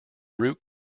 route